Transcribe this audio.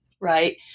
right